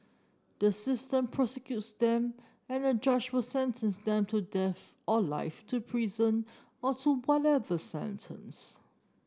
the system prosecutes them and a judge will sentence them to death or life to prison or to whatever sentence